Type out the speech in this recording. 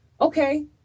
Okay